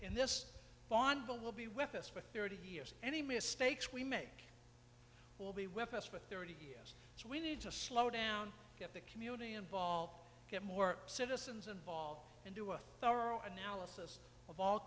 in this on but will be with us for thirty years any mistakes we make will be weapons for thirty years so we need to slow down get the community involved get more citizens involved and do a thorough analysis of all